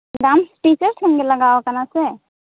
dance teacher ᱴᱷᱮᱱ ᱜᱮ ᱞᱟᱜᱟᱣ ᱠᱟᱱᱟ ᱥᱮ